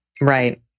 Right